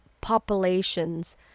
populations